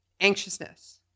anxiousness